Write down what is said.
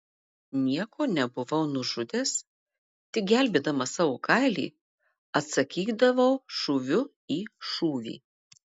nieko nebuvau nužudęs tik gelbėdamas savo kailį atsakydavau šūviu į šūvį